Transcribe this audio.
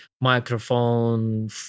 microphone